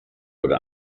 oder